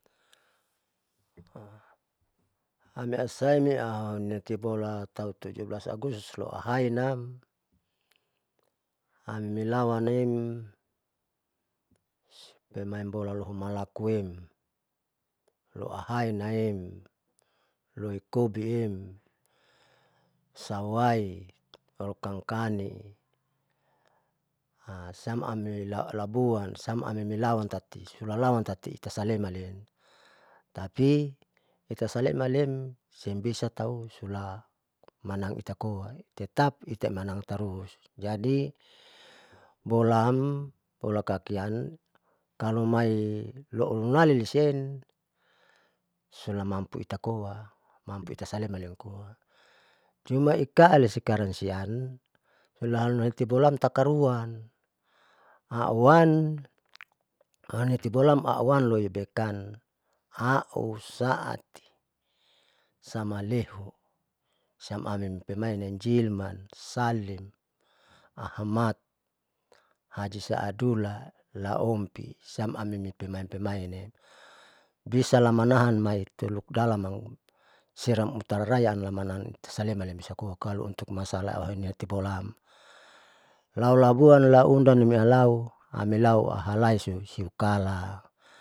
amiasaule noitebola tau tujubelas agustus loahain nam amnilawan lem barmain bola loho malakuem loahainaem loikobiem sawai, harukan kani siam amila labuan siam saamin nilawan tati ilawan tati itasaleman tapi itasale male seng bisa tau sulamanang itakoa, tetap itaimenang tarus jadi bolaam bolakakian kalo main loun lalisiem sulamampu itakoa, mampu itasaleman loikoa cuma ikaali sikaran siam sulaiti bolaam takaruan auwan auam loi dekam au saati samalehu siam anin pemainlem, jilman salim ahamat haji saadula laompi siam ninipemain pemain, bisa lamanahan mai telukdalam am seram utara laynam itaimanahan male malembisa koa kalo untuk masala auniati bolaam lau labuan laundang imoi halau amilau ahalai siam siukala.